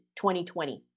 2020